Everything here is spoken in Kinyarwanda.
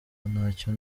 ntacyo